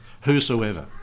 Whosoever